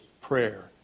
prayer